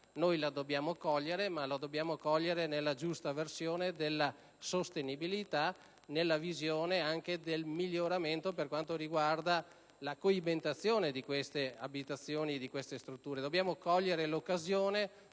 che dobbiamo cogliere, però, nella giusta versione della sostenibilità, nella visione di un miglioramento per quanto riguarda la coibentazione di queste abitazioni e strutture. Dobbiamo cogliere l'occasione